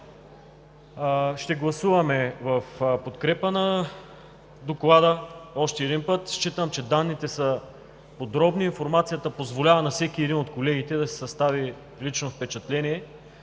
Ще гласуваме в подкрепа на Доклада. Още един път считам, че данните са подробни, информацията позволява на всеки един от колегите да си състави лично впечатление